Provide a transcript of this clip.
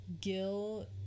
Gil